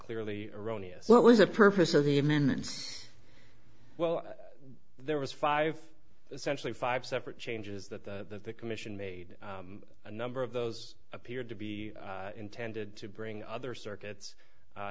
clearly erroneous what was the purpose of even well there was five essentially five separate changes that the commission made a number of those appeared to be intended to bring other circuits